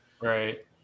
Right